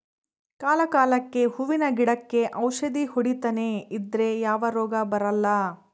ಕಾಲ ಕಾಲಕ್ಕೆಹೂವಿನ ಗಿಡಕ್ಕೆ ಔಷಧಿ ಹೊಡಿತನೆ ಇದ್ರೆ ಯಾವ ರೋಗ ಬರಲ್ಲ